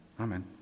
amen